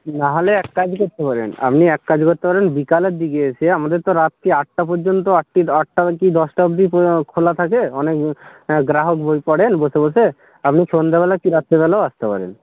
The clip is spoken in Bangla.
না হলে এক কাজ করতে পারেন আপনি এক কাজ করতে পারেন বিকেলের দিকে এসে আমাদের তো রাত্রি আটটা পর্যন্ত আটটা কি দশটা অবধি খোলা থাকে অনেক গ্রাহক বই পড়েন বসে বসে আপনি সন্ধ্যেবেলা কি রাত্রিবেলাও আসতে পারেন